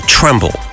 tremble